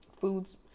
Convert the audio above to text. foods